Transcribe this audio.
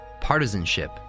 partisanship